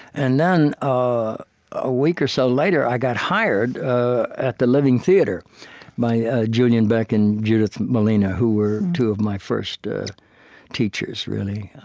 and then, ah a week or so later, i got hired at the living theatre by ah julian beck and judith malina, who were two of my first teachers, really.